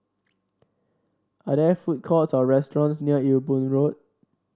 are there food courts or restaurants near Ewe Boon Road